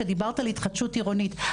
שדיברת על התחדשות עירונית,